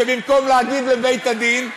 שבמקום להגיד לבית-הדין: